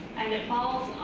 and it falls